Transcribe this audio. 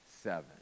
seven